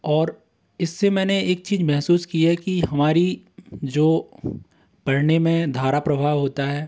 और इस से मैंने एक चीज़ महसूस की है कि हमारी जो पढ़ने में धारा प्रभाव होता है